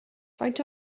faint